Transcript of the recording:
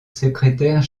secrétaire